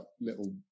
little